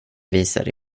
visade